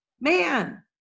man